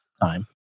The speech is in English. time